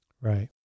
Right